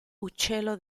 uccello